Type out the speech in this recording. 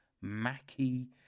Mackie